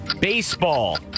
Baseball